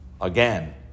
Again